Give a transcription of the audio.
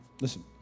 listen